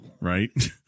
Right